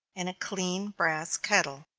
in a clean brass kettle,